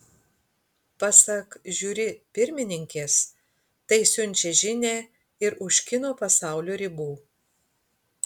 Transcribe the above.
pasak žiuri pirmininkės tai siunčia žinią ir už kino pasaulio ribų